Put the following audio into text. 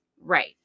Right